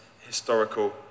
historical